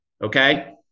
Okay